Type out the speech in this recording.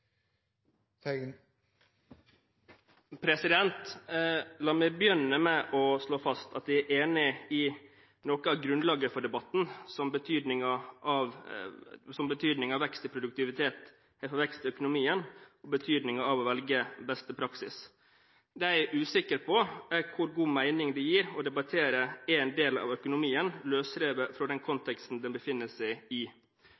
enig i noe av grunnlaget for debatten, som betydning av vekst i produktivitet for vekst i økonomien, og betydningen av å velge beste praksis. Det jeg er usikker på, er hvor god mening det gir å debattere en del av økonomien løsrevet fra den konteksten den befinner seg i.